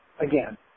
again